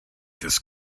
this